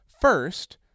First